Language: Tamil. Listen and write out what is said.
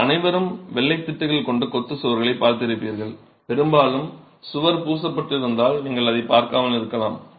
நீங்கள் அனைவரும் வெள்ளை திட்டுகள் கொண்ட கொத்து சுவர்களை பார்த்திருப்பீர்கள் பெரும்பாலும் சுவர் பூசப்பட்டிருப்பதால் நீங்கள் அதை பார்க்காமல் இருக்கலாம்